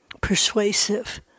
persuasive